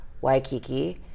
Waikiki